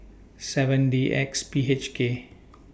seven D X P H K